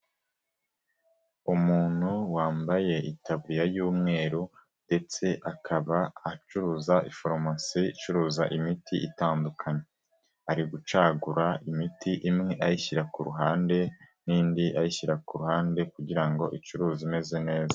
Umuntu wambaye itaburiya y'umweru ndetse akaba acuruza faromasi icuruza imiti itandukanye, ari gucagura imiti imwe ayishyira ku ruhande n'indi ayishyira ku ruhande kugira ngo icuruzwe imeze neza.